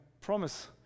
promise